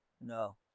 No